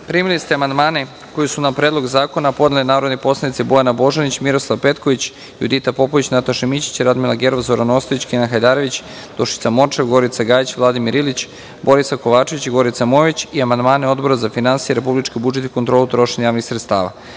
SISTEMU.Primili ste amandmane koje su na Predlog zakona podneli narodni poslanici: Bojana Božanić, Miroslav Petković, Judita Popović, Nataša Mićić, Radmila Gerov, Zoran Ostojić, Kenan Hajdarević, Dušica Morčev, Gorica Gajjić, Vladimir Ilić, Borisav Kovačević i Gorica Mojović i amandmane Odbora za finansije, republički budžet i kontrolu trošenja javnih sredstava. Primili